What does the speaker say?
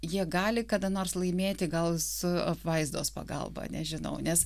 jie gali kada nors laimėti gal su apvaizdos pagalba nežinau nes